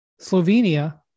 Slovenia